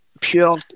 pure